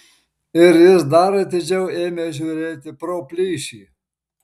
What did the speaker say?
ir jis dar atidžiau ėmė žiūrėti pro plyšį